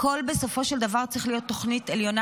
הכול בסופו של דבר צריך להיות תוכנית עליונה